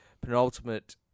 penultimate